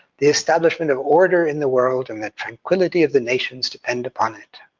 the establishment of order in the world and the tranquility of the nations depend upon it.